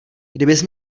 kdybys